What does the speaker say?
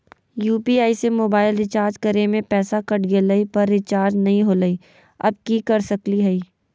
UPI से mobile recharge करे में पैसा कट गेलई, पर रिचार्ज नई होलई, अब की कर सकली हई?